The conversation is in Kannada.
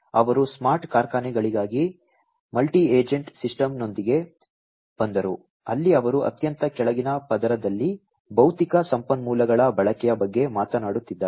ಅವರು ಸ್ಮಾರ್ಟ್ ಕಾರ್ಖಾನೆಗಳಿಗಾಗಿ ಮಲ್ಟಿ ಏಜೆಂಟ್ ಸಿಸ್ಟಮ್ನೊಂದಿಗೆ ಬಂದರು ಅಲ್ಲಿ ಅವರು ಅತ್ಯಂತ ಕೆಳಗಿನ ಪದರದಲ್ಲಿ ಭೌತಿಕ ಸಂಪನ್ಮೂಲಗಳ ಬಳಕೆಯ ಬಗ್ಗೆ ಮಾತನಾಡುತ್ತಿದ್ದಾರೆ